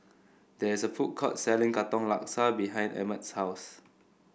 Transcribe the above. there is a food court selling Katong Laksa behind Emmet's house